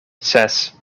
ses